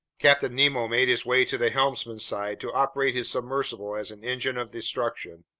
captain nemo made his way to the helmsman's side to operate his submersible as an engine of destruction.